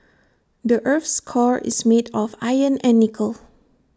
the Earth's core is made of iron and nickel